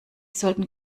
sollten